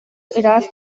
ыраас